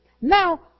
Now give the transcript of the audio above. Now